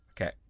Okay